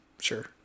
Sure